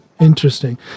Interesting